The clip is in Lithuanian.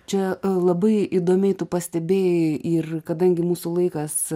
čia labai įdomiai tu pastebėjai ir kadangi mūsų laikas